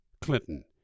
Clinton